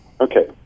Okay